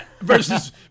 Versus